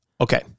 Okay